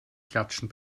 klatschen